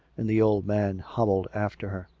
and the old man hobbled after her.